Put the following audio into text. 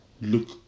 look